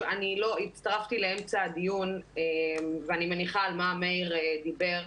הצטרפתי לאמצע הדיון ואני מניחה על מה מאיר דיבר.